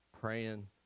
praying